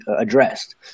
addressed